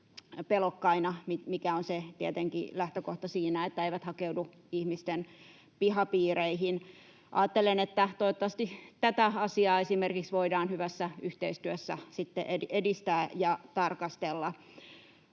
pelokkaina, mikä on tietenkin se lähtökohta siinä, että ne eivät hakeudu ihmisten pihapiireihin. Ajattelen, että toivottavasti esimerkiksi tätä asiaa voidaan hyvässä yhteistyössä sitten edistää ja tarkastella.